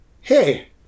hey